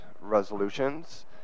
resolutions